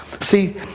See